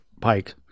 Pike